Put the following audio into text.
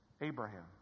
Abraham